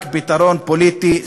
רק פתרון פוליטי,